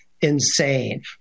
insane